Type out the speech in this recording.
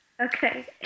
Okay